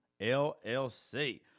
LLC